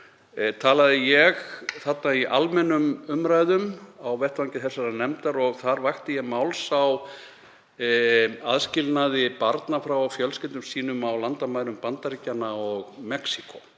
talaði ég þarna í almennum umræðum á vettvangi þessarar nefndar. Þar vakti ég máls á aðskilnaði barna frá fjölskyldum sínum á landamærum Bandaríkjanna og Mexíkó.